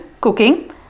cooking